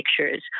pictures